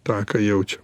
tą ką jaučiam